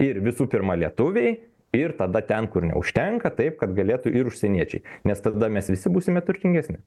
ir visų pirma lietuviai ir tada ten kur neužtenka taip kad galėtų ir užsieniečiai nes tada mes visi būsime turtingesni